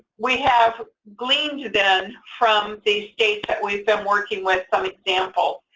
we have gleaned then from the states that we've been working with some examples.